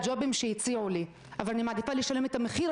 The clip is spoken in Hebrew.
ואפילו לא החוט של בני גנץ אלא החוט של בנימין נתניהו - נאשם בשוחד,